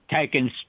taking